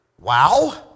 Wow